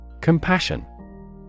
Compassion